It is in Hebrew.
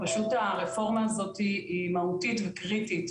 פשוט הרפורמה הזאת היא מהותית וקריטית.